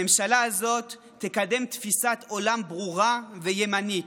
הממשלה הזאת תקדם תפיסת עולם ברורה וימנית,